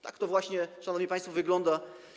Tak to właśnie, szanowni państwo, wygląda.